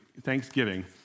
thanksgiving